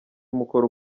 mukoro